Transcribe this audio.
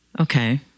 Okay